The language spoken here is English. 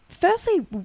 Firstly